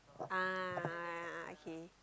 ah a'ah a'ah okay